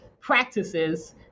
practices